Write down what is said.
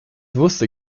wusste